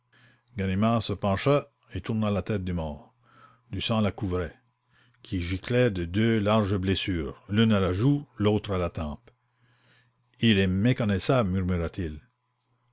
se pencha et tourna la tête du mort du sang la couvrait qui giclait de deux larges blessures l'une à la joue et l'autre à la tempe le suicide de m